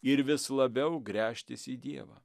ir vis labiau gręžtis į dievą